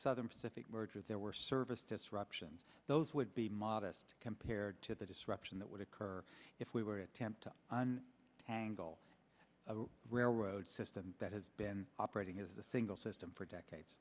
southern pacific merger there were service disruptions those would be modest compared to the disruption that would occur if we were attempting to tangle a railroad system that has been operating as the single system for decades